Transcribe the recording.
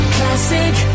Classic